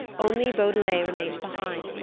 only beaudelet remained behind,